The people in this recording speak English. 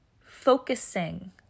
focusing